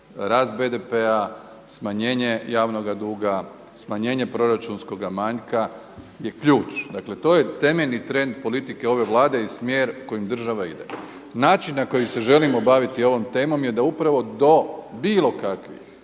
rast BDP-a, smanjenje javnoga duga, smanjenje proračunskoga manjka je ključ. Dakle to je temeljni trend politike ove Vlade i smjer kojim država ide. Način na koji se želimo baviti ovom temom da upravo do bilo kakvih